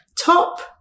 top